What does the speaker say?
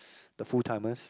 the full timers